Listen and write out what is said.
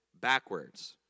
backwards